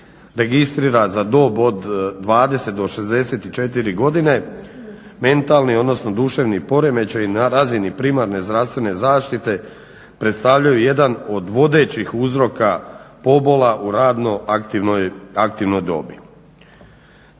registrira za dob od 20 do 64 godine, mentalni odnosno duševni poremećaj na razini primarne zdravstvene zaštite predstavljaju jedan od vodećih uzroka pobola u radno aktivnoj dobi.